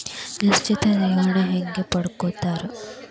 ನಿಶ್ಚಿತ್ ಠೇವಣಿನ ಹೆಂಗ ಪಡ್ಕೋತಾರ